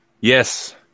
Yes